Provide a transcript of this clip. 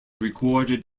recorded